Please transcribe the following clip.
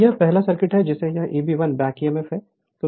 तो यह पहला सर्किट है जिसमें यह Eb1 बैक ईएमएफ है